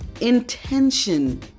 intention